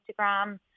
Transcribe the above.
Instagram